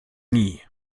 nie